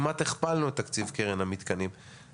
תודה, תודה רבה.